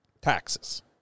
Taxes